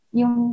yung